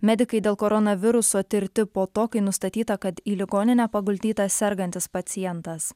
medikai dėl koronaviruso tirti po to kai nustatyta kad į ligoninę paguldytas sergantis pacientas